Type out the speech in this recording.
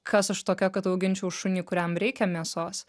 kas aš tokia kad auginčiau šunį kuriam reikia mėsos